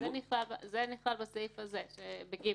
זה נכלל בסעיף קטן (ג),